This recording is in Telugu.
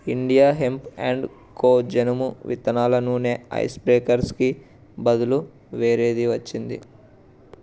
ఇండియా హెంప్ అండ్ కో జనుము విత్తనాల నూనె ఐస్ బ్రేకర్స్కి బదులు వేరేది వచ్చింది